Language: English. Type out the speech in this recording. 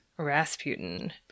Rasputin